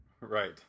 Right